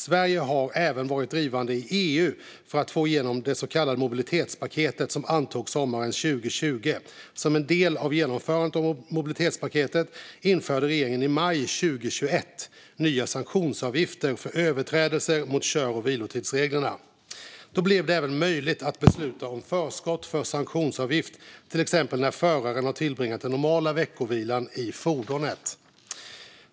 Sverige har även varit drivande i EU för att få igenom det så kallade mobilitetspaketet som antogs sommaren 2020. Som en del av genomförandet av mobilitetspaketet införde regeringen i maj 2021 nya sanktionsavgifter för överträdelser mot kör och vilotidsreglerna. Då blev det även möjligt att besluta om förskott för sanktionsavgift till exempel när föraren har tillbringat den normala veckovilan i fordonet.